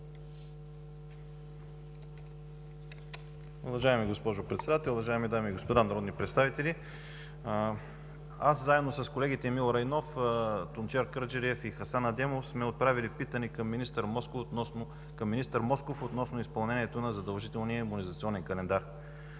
Уважаема госпожо Председател, уважаеми дами и господа народни представители! Аз, заедно с колегите Емил Райнов, Тунчер Кърджалиев и Хасан Адемов, сме отправили питане към министър Москов относно изпълнението на задължителния имунизационен календар.